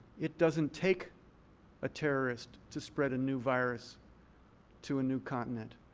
it doesn't take a terrorist to spread a new virus to a new continent.